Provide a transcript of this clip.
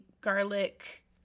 garlic